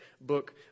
book